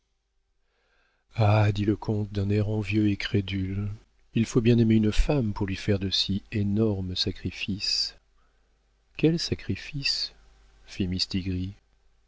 ah dit le comte d'un air envieux et crédule il faut bien aimer une femme pour lui faire de si énormes sacrifices quels sacrifices fit mistigris ne